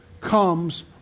comes